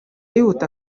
yihuta